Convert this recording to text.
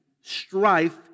strife